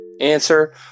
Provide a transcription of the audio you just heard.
Answer